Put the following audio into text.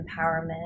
empowerment